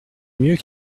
mieux